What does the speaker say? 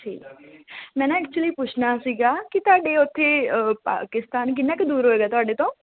ਠੀਕ ਮੈਂ ਨਾ ਐਕਚੁਲੀ ਪੁੱਛਣਾ ਸੀਗਾ ਕਿ ਤੁਹਾਡੇ ਉੱਥੇ ਅ ਪਾਕਿਸਤਾਨ ਕਿੰਨਾ ਕੁ ਦੂਰ ਹੋਏਗਾ ਤੁਹਾਡੇ ਤੋਂ